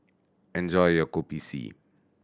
enjoy your Kopi C